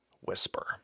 whisper